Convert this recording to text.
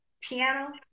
Piano